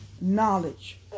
knowledge